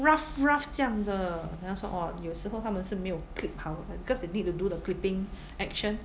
rough rough 这样的 then 他说 orh 有时候他们是没有 clip 好 cause they need to do the clipping action